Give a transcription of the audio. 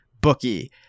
bookie